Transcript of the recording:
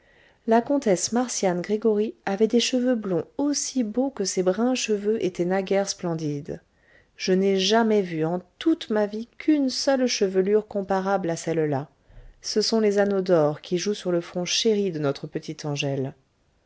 la comtesse marcian gregoryi avait des cheveux blonds aussi beaux que ses bruns cheveux étaient naguère splendides je n'ai jamais vu en toute ma vie qu'une seule chevelure comparable à celle-là ce sont les anneaux d'or qui jouent sur le front chéri de notre petite angèle